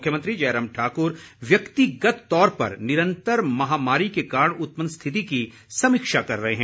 मुख्यमंत्री जयराम ठाकुर व्यक्तिगत तौर पर निरंतर महामारी के कारण उत्पन्न स्थिति की समीक्षा कर रहे हैं